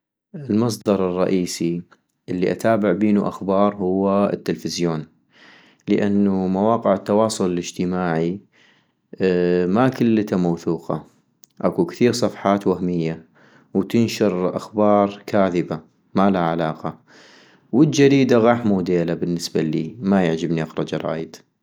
المصدر الرئيسي الي أتابع بينو اخبار هو التلفزيون - لانو مواقع التواصل الاجتماعي ماكلتا موثوقة ، اكو كثيغ صفحات وهمية ،وتنشر اخبار كاذبة ما لها علاقة - والجريدة غاح موديلا بالنسبة إلي ، ما يعجبني اقرا جرايد